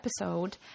episode